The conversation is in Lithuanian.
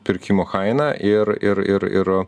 pirkimo kainą ir ir ir ir